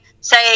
say